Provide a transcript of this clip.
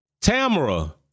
Tamara